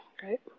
great